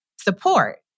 support